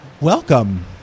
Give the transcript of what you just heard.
Welcome